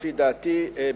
לפי דעתי,